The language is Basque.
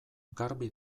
garbi